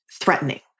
threatening